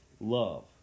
love